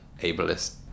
ableist